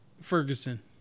Ferguson